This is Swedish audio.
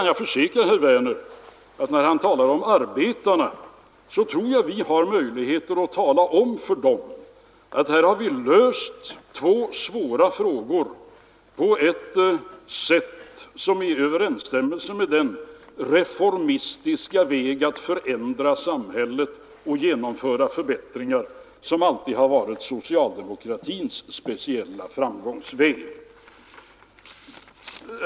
Jag tror att jag kan försäkra herr Werner att vi har möjligheter att tala om för arbetarna att vi har löst två svåra frågor på ett sätt som står i överensstämmelse med den reformistiska väg att ändra samhället och genomföra förbättringar som alltid varit socialdemokratins speciella framgångsväg.